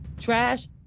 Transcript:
Trash